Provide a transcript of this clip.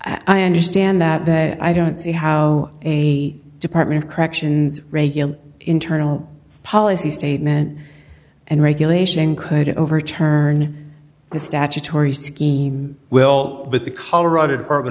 i understand that but i don't see how a department of corrections regular internal policy statement and regulation could overturn the statutory scheme well that the colorado department